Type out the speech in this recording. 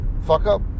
fuck-up